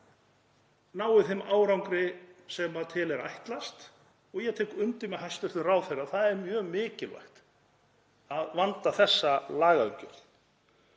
nái þeim árangri sem til er ætlast. Ég tek undir með hæstv. ráðherra, það er mjög mikilvægt að vanda þessa lagaumgjörð,